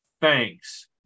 Thanks